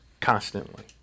Constantly